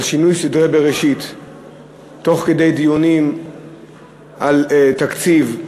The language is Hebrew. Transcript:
שינוי סדרי בראשית תוך כדי דיונים על תקציב,